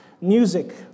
music